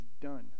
done